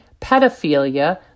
pedophilia